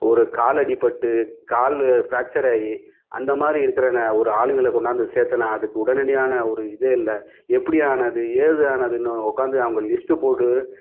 ஒரு காலடிபட்டு கால் ஃபிராக்சர் ஆகி அந்தமாதிரி இருக்கிற நா ஒரு ஆளுங்களை கொண்டாந்து சேர்த்துனா அதுக்கு உடனடியான ஒரு இதே இல்லை எப்படியானது ஏதானதுனு உட்காந்து அவங்க லிஸ்ட் போடு